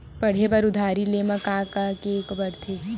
पढ़े बर उधारी ले मा का का के का पढ़ते?